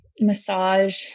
Massage